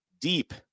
deep